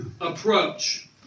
Approach